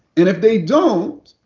and if they don't,